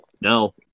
no